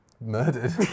murdered